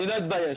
אני לא אתבייש.